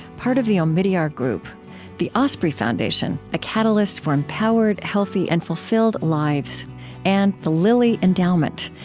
part of the omidyar group the osprey foundation a catalyst for empowered, healthy, and fulfilled lives and the lilly endowment,